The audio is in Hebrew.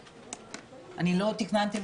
לא תכננתי לדבר,